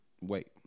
Wait